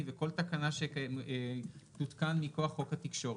ועל כל תקנה שתותקן מכוח חוק התקשורת,